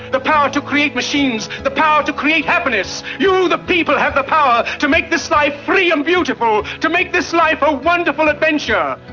the power to create machines, the power to create happiness! you, the people, have the power to make this life free and beautiful, to make this life a wonderful adventure.